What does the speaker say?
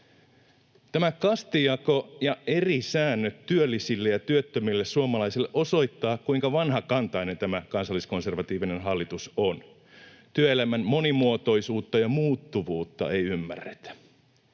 Tämä kastijako ja eri säännöt työllisille ja työttömille suomalaisille osoittaa, kuinka vanhakantainen tämä kansalliskonservatiivinen hallitus on. Työelämän monimuotoisuutta ja muuttuvuutta ei ymmärretä.